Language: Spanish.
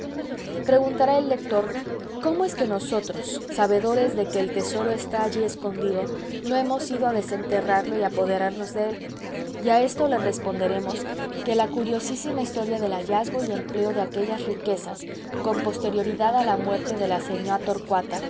preguntará el lector cómo es que nosotros sabedores de que el tesoro está allí escondido no hemos ido a desenterrarlo y apoderarnos de él y a esto le responderemos que la curiosísima historia del hallazgo y empleo de aquellas riquezas con posterioridad a la muerte de la señá torcuata